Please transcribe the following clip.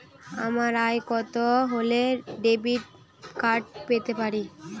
আমার আয় কত হলে ডেবিট কার্ড পেতে পারি?